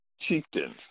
chieftains